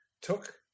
Took